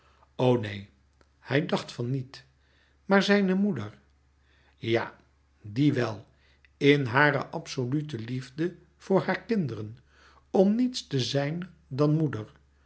neen hij dacht van niet maar zijne moeder ja die wel in hare a b s o l u t e liefde voor haar kinderen om niets te zijn dan moeder